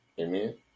Amen